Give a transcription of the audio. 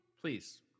Please